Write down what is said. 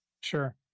Sure